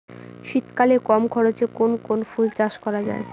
শীতকালে কম খরচে কোন কোন ফুল চাষ করা য়ায়?